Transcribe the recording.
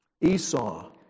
Esau